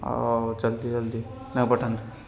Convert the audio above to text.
ଅ ହେଉ ଜଲ୍ଦି ଜଲ୍ଦି ତାଙ୍କୁ ପଠାନ୍ତୁ